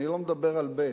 אני לא מדבר על ב'.